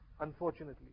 unfortunately